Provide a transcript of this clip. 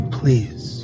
please